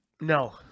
No